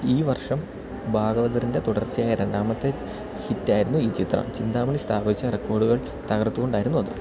ഈ വർഷം ഭാഗവതറിന്റെ തുടർച്ചയായ രണ്ടാമത്തെ ഹിറ്റായിരുന്നു ഈ ചിത്രം ചിന്താമണി സ്ഥാപിച്ച റെക്കോഡുകള് തകർത്തുകൊണ്ടായിരുന്നു അത്